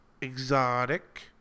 exotic